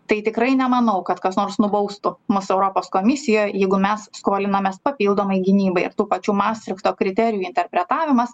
tai tikrai nemanau kad kas nors nubaustų mus europos komisijoj jeigu mes skolinomės papildomai gynybai ar tų pačių mastrichto kriterijų interpretavimas